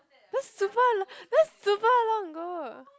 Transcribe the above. that's super long that's super long ago